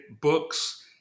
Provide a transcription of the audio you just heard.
books